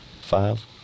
Five